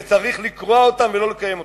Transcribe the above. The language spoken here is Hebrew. וצריך לקרוע אותם ולא לקיים אותם.